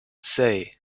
say